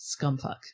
scumfuck